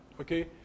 Okay